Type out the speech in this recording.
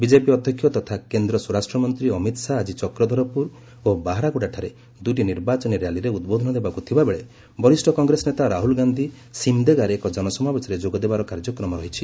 BJP ଅଧ୍ୟକ୍ଷ ତଥା କେନ୍ଦ୍ର ସ୍ୱରାଷ୍ଟ୍ରମନ୍ତ୍ରୀ ଅମିତ ଶାହା ଆଜି ଚକ୍ରଧରପୁର ଓ ବାହାରାଗୋଡ଼ାଠାରେ ଦୁଇଟି ନିର୍ବାଚନୀ ର୍ୟାଲିରେ ଉଦ୍ବୋଧନ ଦେବାକୁ ଥିବାବେଳେ ବରିଷ୍ଠ କଂଗ୍ରେସ ନେତା ରାହୁଲ ଗାନ୍ଧୀ ସିମ୍ଦେଗାରେ ଏକ ଜନସମାବେଶରେ ଯୋଗଦେବାର କାର୍ଯ୍ୟକ୍ରମ ରହିଛି